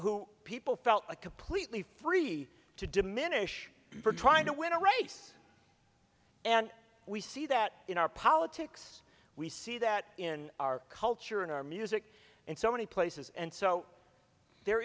who people felt completely free to diminish her trying to win a race and we see that in our politics we see that in our culture in our music in so many places and so there